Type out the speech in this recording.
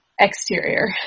exterior